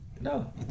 No